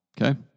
Okay